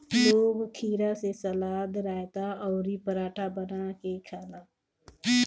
लोग खीरा से सलाद, रायता अउरी पराठा बना के खाला